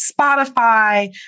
Spotify